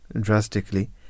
drastically